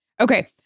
Okay